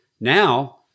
Now